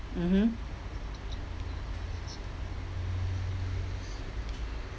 mmhmm